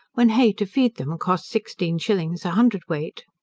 when hay to feed them costs sixteen shillings a hundred weight.